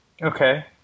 Okay